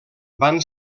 van